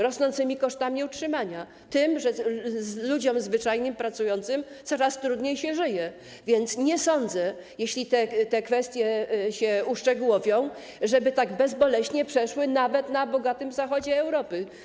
Rosnącymi kosztami utrzymania, tym, że ludziom zwyczajnie pracującym coraz trudniej się żyje, więc nie sądzę, żeby te kwestie, jeśli się uszczegółowią, tak bezboleśnie przeszły nawet na bogatym zachodzie Europy.